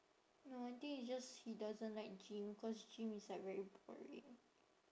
no I think it's just he doesn't like gym cause gym is like very boring